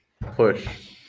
push